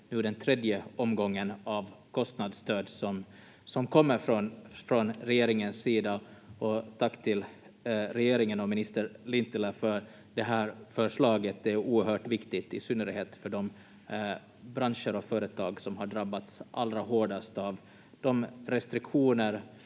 tredje omgången av kostnadsstöd som kommer från regeringens sida. Tack till regeringen och minister Lintilä för det här förslaget, det är oerhört viktigt i synnerhet för de branscher och företag som har drabbats allra hårdast av de restriktioner